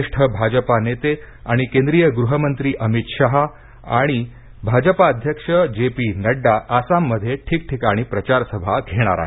ज्येष्ठ भाजप नेते आणि केंद्रीय गृह मंत्री अमित शहा आणि भाजप अध्यक्ष जे पी नङ्डा आसाम आणि ठिकठिकाणी प्रचार घेणार आहेत